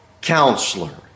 Counselor